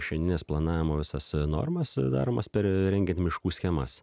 šianines planavimo visas normas daromas per rengiant miškų schemas